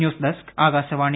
news desk Akashvani